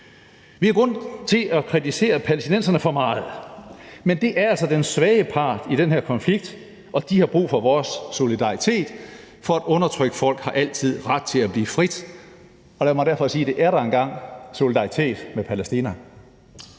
Vi har grund til at kritisere palæstinenserne for meget, men de er altså den svage part i den her konflikt, og de har brug for vores solidaritet, for et undertrykt folk har altid ret til at blive frit. Lad mig derfor sige det atter en gang: Solidaritet med Palæstina.